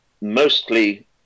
mostly